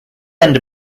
end